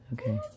Okay